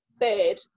third